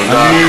תודה.